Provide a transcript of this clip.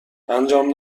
انجام